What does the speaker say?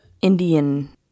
Indian